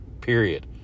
period